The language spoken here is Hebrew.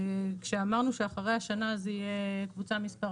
כשאמרנו שאחרי השנה זה יהיה קבוצה מס'